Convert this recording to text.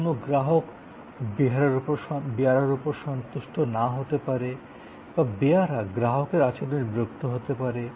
কোনও গ্রাহক বেয়ারার উপর সন্তুষ্ট না হতে পারে বা বেয়ারা গ্রাহকের আচরণে বিরক্ত হতে পারে